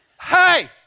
Hey